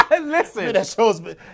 Listen